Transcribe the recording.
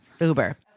Uber